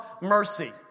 mercy